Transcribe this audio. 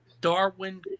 Darwin